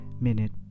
minute